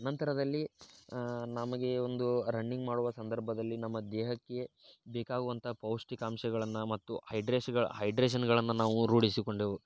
ನಂತರದಲ್ಲಿ ನಮಗೆ ಒಂದು ರನ್ನಿಂಗ್ ಮಾಡುವ ಸಂದರ್ಭದಲ್ಲಿ ನಮ್ಮ ದೇಹಕ್ಕೆ ಬೇಕಾಗುವಂತಹ ಪೌಷ್ಠಿಕಾಂಶಗಳನ್ನು ಮತ್ತು ಹೈಡ್ರೇಶ್ ಹೈಡ್ರೇಶನ್ಗಳನ್ನು ನಾವು ರೂಢಿಸಿಕೊಂಡೆವು